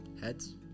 Heads